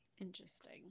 Interesting